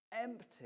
empty